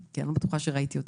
כי אני לא בטוחה שראיתי אותם.